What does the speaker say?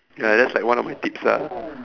ya that's like one of my tips ah